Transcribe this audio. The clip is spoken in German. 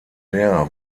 lehrer